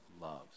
loves